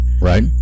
right